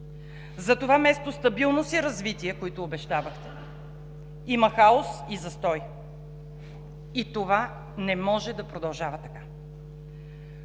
Затова вместо стабилност и развитие, които обещавахте, има хаос и застой. И това не може да продължава така!